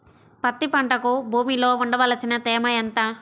పత్తి పంటకు భూమిలో ఉండవలసిన తేమ ఎంత?